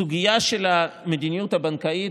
סוגיית המדיניות הבנקאית,